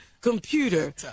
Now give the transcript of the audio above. computer